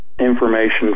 information